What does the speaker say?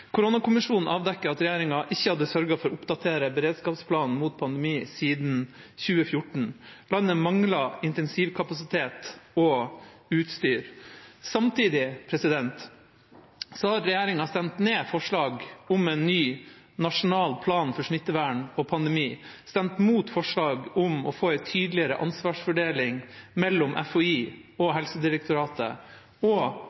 Koronakommisjonen avdekker at regjeringa ikke hadde sørget for å oppdatere beredskapsplanen mot pandemi siden 2014. Landet manglet intensivkapasitet og utstyr. Samtidig har regjeringspartiene stemt ned forslag om en ny nasjonal plan for smittevern og pandemi, stemt mot forslag om å få en tydeligere ansvarsfordeling mellom FHI og Helsedirektoratet og